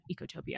Ecotopia